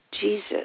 Jesus